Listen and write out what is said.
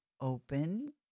Open